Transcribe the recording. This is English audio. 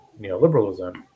neoliberalism